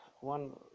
one